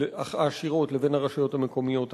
העשירות לבין הרשויות המקומיות העניות.